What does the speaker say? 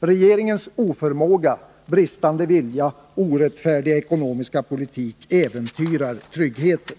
Regeringens oförmåga, bristande vilja och orättfärdiga ekonomiska politik äventyrar tryggheten.